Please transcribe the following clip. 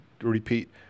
repeat